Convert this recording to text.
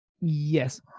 Yes